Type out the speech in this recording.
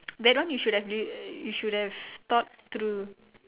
there one you should have uh you should have thought through